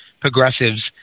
progressives